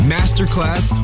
Masterclass